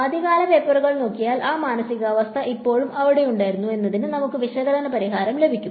ആദ്യകാല പേപ്പറുകൾ നോക്കിയാൽ ആ മാനസികാവസ്ഥ ഇപ്പോഴും അവിടെയുണ്ടായിരുന്നു എന്നതിന് നമുക്ക് വിശകലന പരിഹാരം ലഭിക്കും